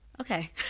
Okay